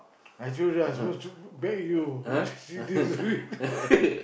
I choose lah supposed to be you you see this